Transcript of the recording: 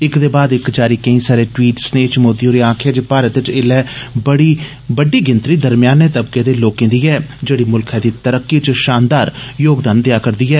इक दे बाद इक जारी केई सारे टवीट सनेह च मोदी होरें आक्खेआ जे भारत च एल्लै बड्डी गिनतरी दरमयाने तबके दे लोकें दी ऐ जेड़ी मुल्खै दी तरक्की च षानदार योगदान देआ करदी ऐ